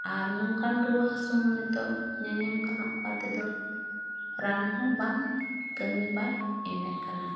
ᱟᱨ ᱱᱚᱝᱠᱟᱱ ᱨᱩᱣᱟᱹ ᱦᱟᱹᱥᱩ ᱦᱚᱸ ᱱᱤᱛᱚᱜ ᱧᱮᱞ ᱧᱟᱢ ᱠᱟᱱᱟ ᱚᱱᱠᱟ ᱛᱮᱫᱚ ᱨᱟᱱ ᱦᱚᱸ ᱵᱟᱭ ᱠᱟᱹᱢᱤ ᱵᱟᱭ ᱮᱢᱮᱫ ᱠᱟᱱᱟ